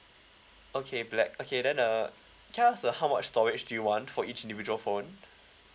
okay black okay then uh can I ask uh how much storage do you want for each individual phone